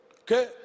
Okay